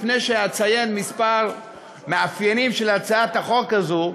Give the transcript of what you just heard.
לפני שאציין כמה מאפיינים של הצעת החוק הזאת,